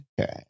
Okay